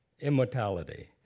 immortality